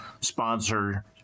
sponsor